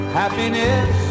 happiness